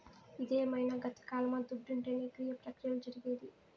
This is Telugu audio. ఇదేమైన గతకాలమా దుడ్డుంటేనే క్రియ ప్రక్రియలు జరిగేది